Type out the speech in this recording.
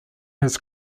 his